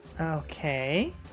Okay